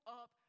up